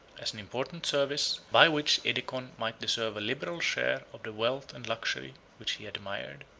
as an important service, by which edecon might deserve a liberal share of the wealth and luxury which he admired.